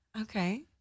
Okay